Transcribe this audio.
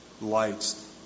lights